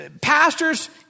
Pastors